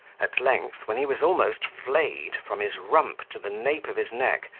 at length, when he was almost flayed from his rump to the nape of his neck,